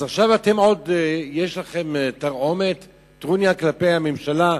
אז עכשיו עוד יש לכם תרעומת, טרוניה כלפי הממשלה,